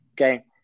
okay